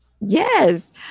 Yes